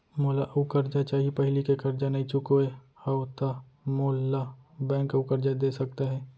मोला अऊ करजा चाही पहिली के करजा नई चुकोय हव त मोल ला बैंक अऊ करजा दे सकता हे?